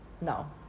no